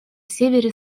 севере